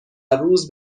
روز